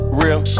real